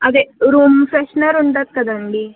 అదే room freshener ఉంటుంది కదండీ